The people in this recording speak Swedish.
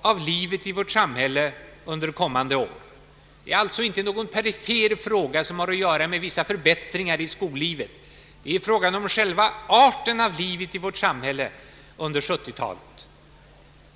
av livet i vårt samhälle under kommande år. Det är alltså inte någon perifer fråga som har att göra med vissa förbättringar i skollivet. Det är fråga om själva arten av livet i vårt samhälle under 1970-talet.